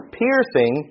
piercing